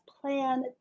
plan